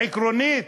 עקרונית,